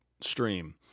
stream